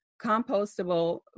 Compostable